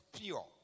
pure